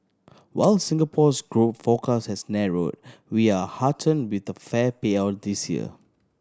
while Singapore's growth forecast has narrowed we are heartened with the fair payout this year